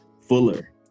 Fuller